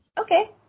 Okay